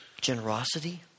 generosity